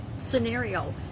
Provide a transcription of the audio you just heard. scenario